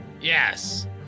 yes